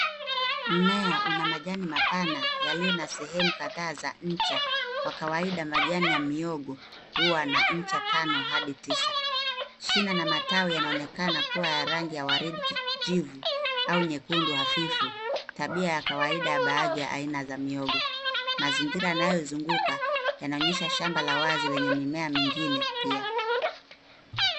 Mmea una majani mapana yaliyo na sehemu kadhaa za ncha. Kwa kawaida majani ya mihogo huwa na ncha tano hadi tisa. Shina na matawi yanaonekana kuwa ya rangi ya waridi kijivu au nyekundu hafifu, tabia ya kawaida ya baadhi ya aina za mihogo. Mazingira yanayoizunguka yanaonyesha shamba la wazi lenye mimea mingine pia.